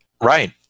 Right